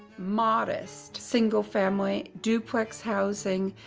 modest single family duplex housing,